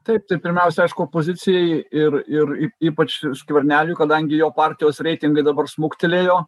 taip tai pirmiausia aišku opozicijai ir ir ypač skverneliui kadangi jo partijos reitingai dabar smuktelėjo